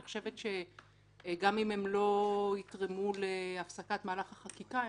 אני חושבת שגם אם הם לא יתרמו להפסקת מהלך החקיקה,